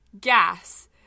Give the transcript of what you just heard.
gas